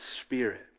Spirit